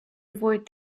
avoid